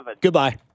Goodbye